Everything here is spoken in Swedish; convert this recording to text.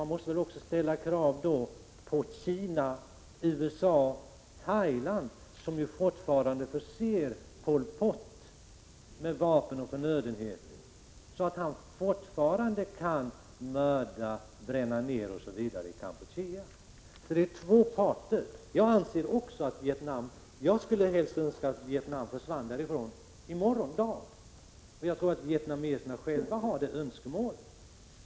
Man måste också ställa vissa krav på Kina, USA och Thailand, som fortfarande förser Pol Pot med vapen och förnödenheter, så att han kan mörda, bränna ned osv. i Kampuchea. Flera parter är alltså inblandade. Jag skulle helst se att Vietnam försvann från Kampuchea i morgon dag, och jag tror att vietnameserna själva har det önskemålet.